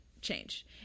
change